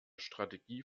strategie